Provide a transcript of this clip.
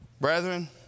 Brethren